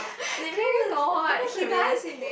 serious but what's the reality